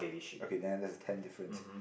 okay then that's the tenth difference